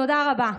תודה רבה.